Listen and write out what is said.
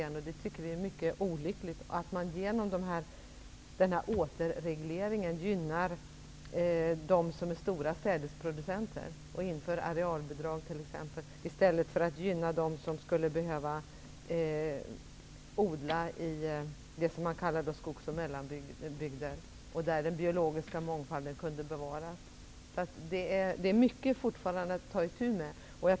Vi tycker att det är mycket olyckligt att man genom denna återreglering gynnar de stora sädesproducenterna och inför arealbidrag i stället för att gynna dem som skulle behöva odla i det man kallar skogs och mellanbygden, där den biologiska mångfalden kunde bevaras. Mycket finns fortfarande att ta itu med.